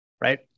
right